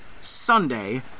Sunday